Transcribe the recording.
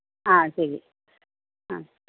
ആ ശരി ആ